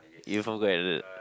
Irfan good at it